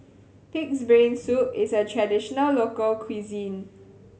Pig's Brain Soup is a traditional local cuisine